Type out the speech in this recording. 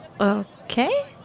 Okay